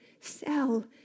sell